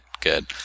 good